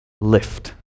lift